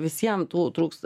visiems tų trūks